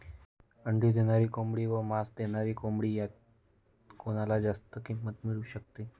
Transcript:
अंडी देणारी कोंबडी व मांस देणारी कोंबडी यात कोणाला जास्त किंमत मिळू शकते?